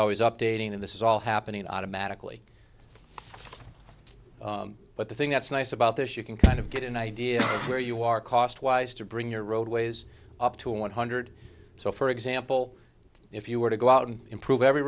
always updating and this is all happening automatically but the thing that's nice about this you can kind of get an idea where you are cost wise to bring your roadways up to one hundred so for example if you were to go out and improve every